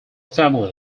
family